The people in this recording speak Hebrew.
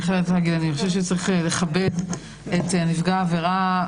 אני חושבת שצריך לכבד את נפגע העבירה,